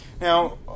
Now